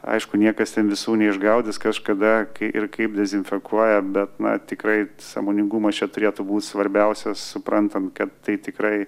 aišku niekas ten visų neišgaudys kažkada kai ir kaip dezinfekuoja bet na tikrai sąmoningumas čia turėtų būt svarbiausias suprantam kad tai tikrai